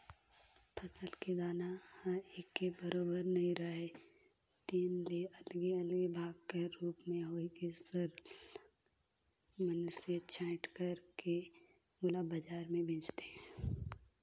फसल के दाना ह एके बरोबर नइ राहय तेन ले अलगे अलगे भाग कर रूप में होए के सरलग मइनसे छंटई कइर के ओला बजार में बेंचथें